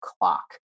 clock